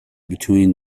between